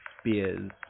spears